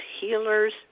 healers